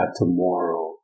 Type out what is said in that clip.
tomorrow